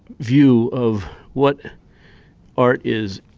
view of what art is.